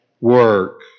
work